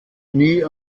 nie